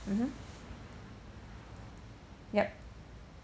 mmhmm yup